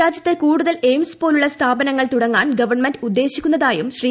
രാജ്യത്ത് കൂടുതൽ എയിംസ് പോലുള്ള സ്ഥാപനങ്ങൾ തുടങ്ങാൻ ഗവൺമെന്റ് ഉദ്ദേശിക്കുന്നതായും ശ്രീ